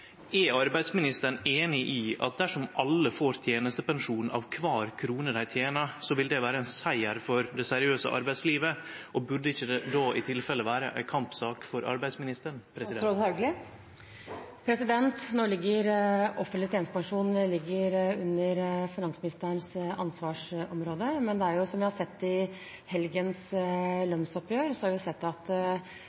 Er arbeidsministeren einig i at dersom alle får tenestepensjon av kvar krone dei tener, vil det vere ein siger for det seriøse arbeidslivet, og burde det ikkje då vere ei kampsak for arbeidsministeren? Offentlig tjenestepensjon ligger under finansministerens ansvarsområde, men i helgens lønnsoppgjør har vi sett at hvordan den obligatoriske tjenestepensjonen i